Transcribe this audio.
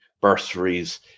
bursaries